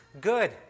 Good